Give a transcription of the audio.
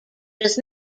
does